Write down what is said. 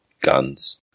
guns